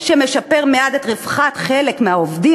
שמשפר מעט את רווחת חלק מהעובדים,